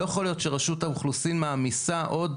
לא יכול להיות שרשות האוכלוסין וההגירה מעמיסה עוד